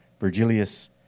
Virgilius